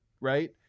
Right